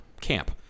camp